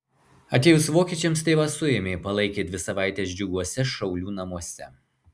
atėjus vokiečiams tėvą suėmė palaikė dvi savaites džiuguose šaulių namuose